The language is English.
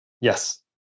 Yes